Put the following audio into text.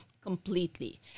completely